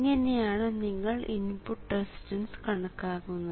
ഇങ്ങനെയാണ് നിങ്ങൾ input resistance കണക്കാക്കുന്നത്